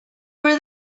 were